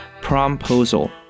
promposal